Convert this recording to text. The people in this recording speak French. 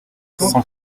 cent